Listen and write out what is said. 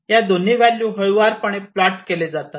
या दोन्ही व्हॅल्यू हळुवारपणे प्लॉट केले जातात